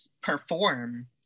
perform